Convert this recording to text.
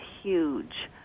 huge